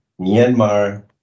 Myanmar